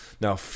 Now